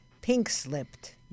pink-slipped